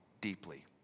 deeply